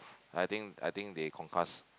I think I think they concuss